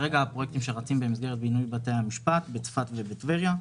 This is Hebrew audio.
הפרויקטים שרצים במסגרת בינוי בתי המשפט בצפת ובטבריה,